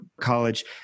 College